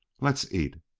let's eat!